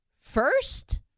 first